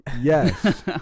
Yes